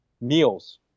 meals